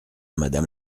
madame